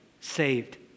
saved